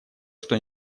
что